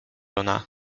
ona